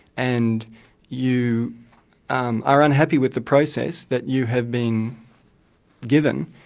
and you um are unhappy with the process that you have been given,